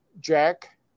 Jack